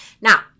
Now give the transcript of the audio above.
now